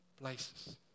places